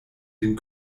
den